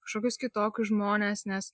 kažkokius kitokius žmones nes